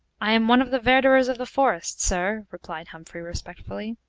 i am one of the verderers of the forest, sir, replied humphrey, respectfully.